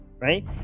right